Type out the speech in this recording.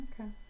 Okay